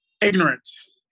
Ignorance